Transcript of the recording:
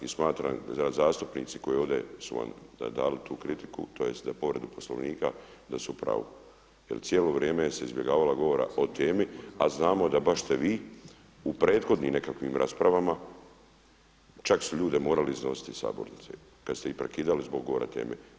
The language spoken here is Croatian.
I smatram da zastupnici koji su ovdje vam dali tu kritiku, tj. za povredu Poslovnika da su u pravu jer cijelo vrijeme se izbjegavala govora o temi, a znamo da baš ste vi u prethodnim nekakvim raspravama čak su ljude morali iznositi iz sabornice kad ste ih prekidali zbog govora teme.